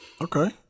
Okay